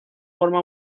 forma